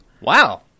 Wow